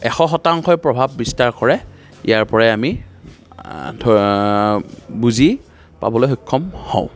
এশ শতাংশই প্ৰভাৱ বিস্তাৰ কৰে ইয়াৰ পৰাই আমি বুজি পাবলৈ সক্ষম হওঁ